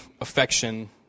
affection